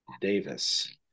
Davis